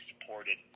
supported